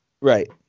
Right